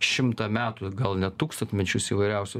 šimtą metų gal net tūkstantmečius įvairiausių